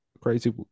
Crazy